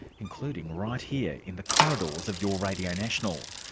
including right here in the corridors of your radio national.